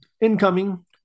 Incoming